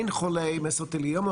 מבחינת משרד הבריאות,